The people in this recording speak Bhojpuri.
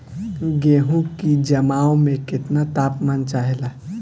गेहू की जमाव में केतना तापमान चाहेला?